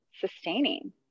sustaining